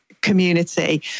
community